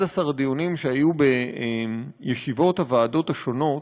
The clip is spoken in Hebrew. דיונים שהיו בישיבות הוועדות השונות